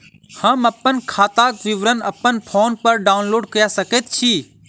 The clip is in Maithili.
हम अप्पन खाताक विवरण अप्पन फोन पर डाउनलोड कऽ सकैत छी?